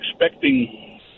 expecting